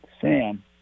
Sam